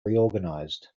reorganized